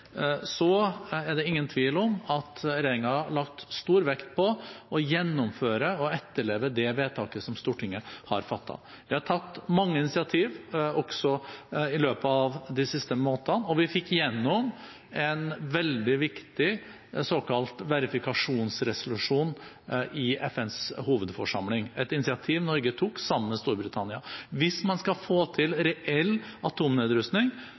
er det ingen tvil om at regjeringen har lagt stor vekt på å gjennomføre og etterleve det vedtaket som Stortinget har fattet. Vi har tatt mange initiativ, også i løpet av de siste månedene, og vi fikk igjennom en veldig viktig såkalt verifikasjonsresolusjon i FNs hovedforsamling – et initiativ Norge tok sammen med Storbritannia. Hvis man skal få til reell atomnedrustning,